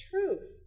truth